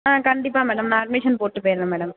ஆ கண்டிப்பாக மேடம் நான் அட்மிஷன் போட்டு போயிடுறேன் மேடம்